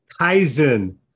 Kaizen